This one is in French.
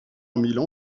milan